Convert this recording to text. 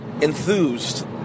enthused